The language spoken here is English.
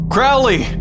Crowley